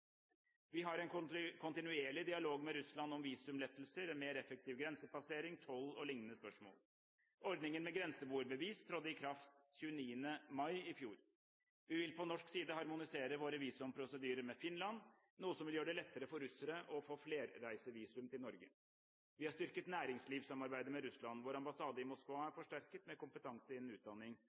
nord. Vi har en kontinuerlig dialog med Russland om visumlettelser, en mer effektiv grensepassering, toll og lignende spørsmål. Ordningen med grenseboerbevis trådte i kraft 29. mai i fjor. Vi vil på norsk side harmonisere våre visumprosedyrer med Finland, noe som vil gjøre det lettere for russere å få flerreisevisum til Norge. Vi har styrket næringslivssamarbeidet med Russland. Vår ambassade i Moskva er forsterket med kompetanse innen utdanning,